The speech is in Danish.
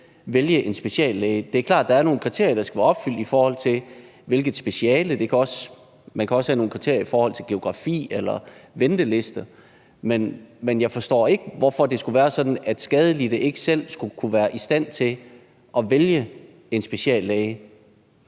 vælge en speciallæge. Det er klart, at der er nogle kriterier, der skal være opfyldt i forhold til speciale, og man kan også have nogle kriterier i forhold til geografi eller ventelister. Men jeg forstår ikke, hvorfor det skulle være sådan, at skadelidte ikke selv skulle kunne være i stand til at vælge en speciallæge.